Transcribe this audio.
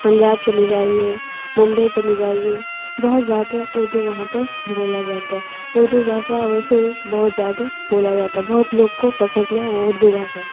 پنجاب چلے جائیے ممبئی چلے جائیے بہت زیادہ اردو وہاں پر بولا جاتا ہے اردو بھاشا ویسے ہی بہت زیادہ بولا جاتا ہے بہت لوگ کو پسند ہے وہ اردو بھاشا